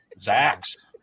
Zach's